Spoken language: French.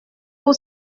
pour